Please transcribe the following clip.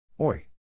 Oi